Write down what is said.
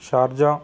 Sharjah